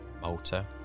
Malta